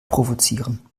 provozieren